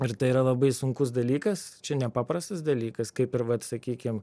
ir tai yra labai sunkus dalykas čia nepaprastas dalykas kaip ir vat sakykim